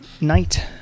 night